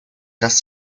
dass